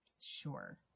Sure